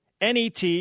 NET